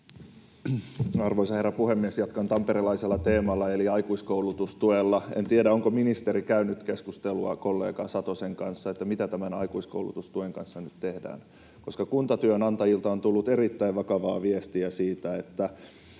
Arvoisa herra puhemies! Jatkan tamperelaisella teemalla eli aikuiskoulutustuella. En tiedä, onko ministeri käynyt keskustelua kollega Satosen kanssa siitä, mitä tämän aikuiskoulutustuen kanssa tehdään, koska kuntatyönantajilta on tullut erittäin vakavaa viestiä siitä, että